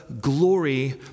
glory